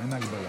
אין הגבלה.